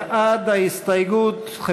בעד ההסתייגות,